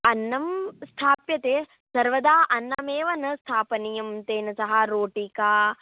अन्नं स्थाप्यते सर्वदा अन्नमेव न स्थापनीयं तेन सह रोटिका